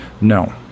no